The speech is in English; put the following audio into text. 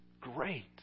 great